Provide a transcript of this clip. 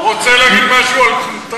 מכובדי רוצה להגיד משהו על קונטאר?